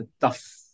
tough